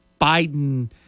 Biden